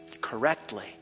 correctly